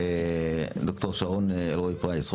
ד"ר שרון אלרעי פרייס,